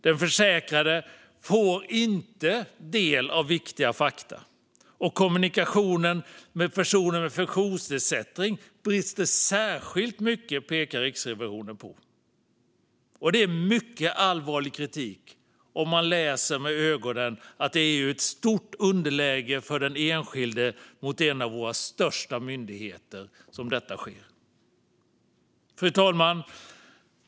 Den försäkrade får inte del av viktiga fakta, och kommunikationen med personer med funktionsnedsättning brister särskilt mycket, pekar Riksrevisionen på. Det är mycket allvarlig kritik med tanke på att den enskilde är i klart underläge mot en av våra största myndigheter. Fru talman!